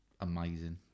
amazing